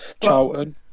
Charlton